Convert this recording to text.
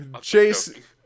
Chase